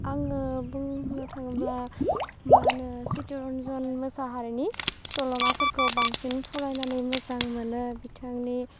आङो बुंनो थांब्ला मा होनो चित्तरन्जन मोसाहारिनि सल'माफोरखौ बांसिन फरायनानै मोजां मोनो बिथांनि